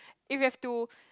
if we have to